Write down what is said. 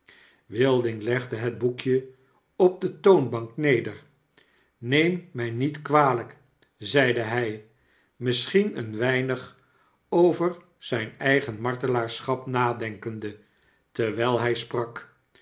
wilding legde het boekje op de toonbank neder neem mij niet kwalp zeide hij misschien een weinig over zyn eigen martelaarschap nadenkende terwijl hy sprak